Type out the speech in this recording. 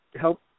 help